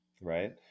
Right